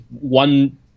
one